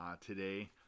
today